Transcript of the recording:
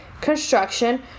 Construction